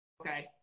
okay